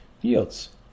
yields